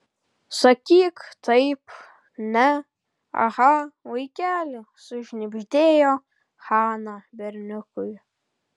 sakyk taip ne aha vaikeli sušnibždėjo hana berniukui